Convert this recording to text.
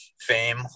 fame